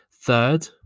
third